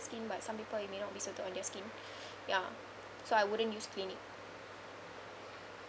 skin but some people it may not be suited on their skin ya so I wouldn't use Clinique